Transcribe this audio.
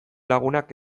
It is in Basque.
lagunak